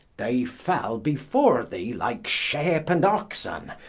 they fell before thee like sheepe and oxen,